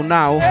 now